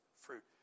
fruit